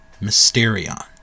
Mysterion